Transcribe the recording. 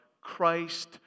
Christ